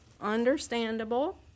understandable